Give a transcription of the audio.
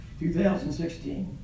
2016